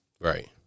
Right